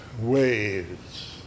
waves